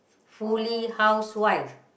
fully housewife